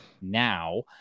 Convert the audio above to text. now